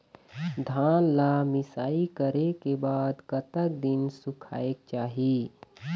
धान ला मिसाई करे के बाद कतक दिन सुखायेक चाही?